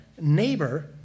neighbor